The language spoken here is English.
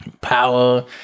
Power